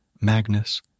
Magnus